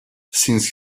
since